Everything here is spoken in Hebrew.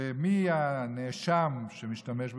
ומי האשם שמשתמש בפחם?